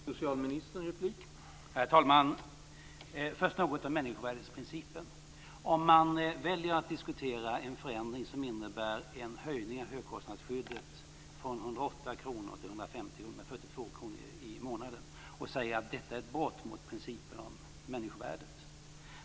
Herr talman! Låt mig först säga något om människovärdesprincipen. Chatrine Pålsson diskuterar en förändring som innebär en höjning av högkostnadsskyddet från 108 kr till 142 kr i månaden och säger att detta är ett brott mot principen om människovärdet.